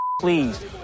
Please